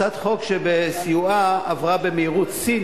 הצעת החוק בסיועה עברה במהירות שיא,